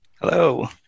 Hello